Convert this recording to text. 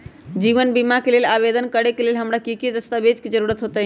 जीवन बीमा के लेल आवेदन करे लेल हमरा की की दस्तावेज के जरूरत होतई?